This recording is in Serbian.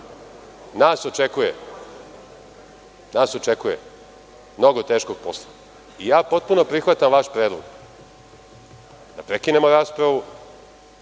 nas očekuje mnogo teškog posla. Potpuno prihvatam vaš predlog da prekinemo raspravu,